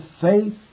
faith